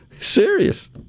Serious